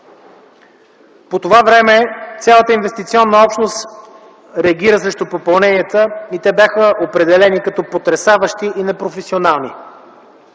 По това време цялата инвестиционна общност реагира срещу попълненията и те бяха определени като потресаващи и непрофесионални.